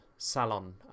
salon